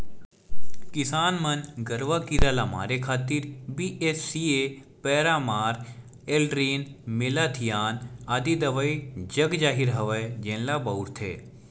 किसान मन गरूआ कीरा ल मारे खातिर बी.एच.सी.ए पैरामार, एल्ड्रीन, मेलाथियान आदि दवई जगजाहिर हवय जेन ल बउरथे